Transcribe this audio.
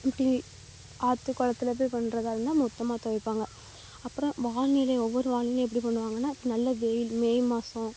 இப்படி ஆற்று குளத்துல போய் பண்றதாக இருந்தால் மொத்தமாக துவைப்பாங்க அப்புறம் வானிலை ஒவ்வொரு வானிலையும் எப்படி பண்ணுவாங்கன்னால் நல்ல வெயில் மே மாதம்